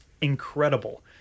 incredible